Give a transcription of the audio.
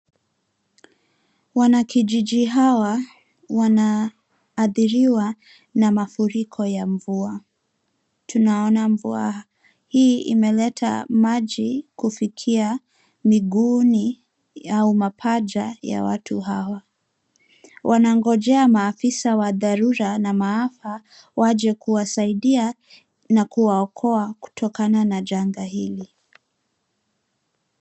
Wanakijiji hawa wanaadhiriwa na mafuriko ya mvua. Tunaona mvua hii imeleta maji kufikia miguuni au mapaja ya watu hawa. Wanagonjea maafisa wa dharura na maafa waje kuwasaidia na kuwaokoa kutokana na janga hili.